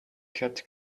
cat